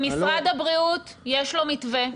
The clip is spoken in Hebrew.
למשרד הבריאות יש מתווה,